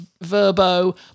Verbo